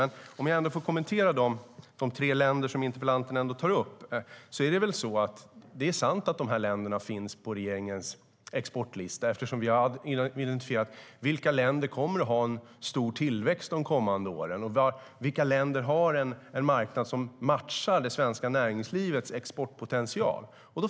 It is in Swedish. Låt mig först kommentera de tre länder som interpellanten tar upp. Det är sant att dessa länder finns med på regeringens exportlista eftersom vi har identifierat vilka länder som kommer att ha en stor tillväxt kommande år och som har en marknad som matchar det svenska näringslivets exportpotential.